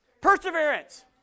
Perseverance